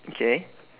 okay